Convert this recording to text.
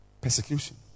persecution